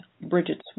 Bridget's